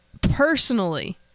personally